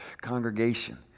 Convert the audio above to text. congregation